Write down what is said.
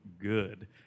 good